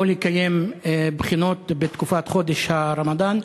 לא לקיים בחינות בתקופת חודש הרמדאן,